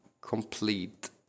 complete